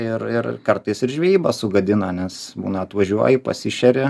ir kartais ir žvejyba sugadina nes būna atvažiuoji pasišeri